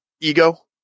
ego